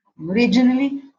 Originally